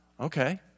okay